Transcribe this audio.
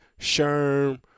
Sherm